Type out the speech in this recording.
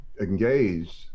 engaged